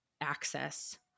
access